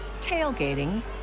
tailgating